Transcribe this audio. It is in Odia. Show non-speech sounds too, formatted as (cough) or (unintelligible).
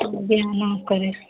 (unintelligible)